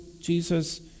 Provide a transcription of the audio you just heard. Jesus